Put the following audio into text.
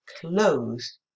closed